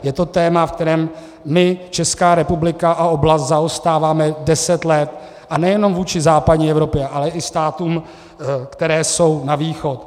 Je to téma, v kterém my, Česká republika, a oblast zaostáváme deset let, a nejenom vůči západní Evropě, ale i státům, které jsou na východ.